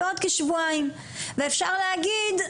ואפשר להגיד,